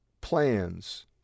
plans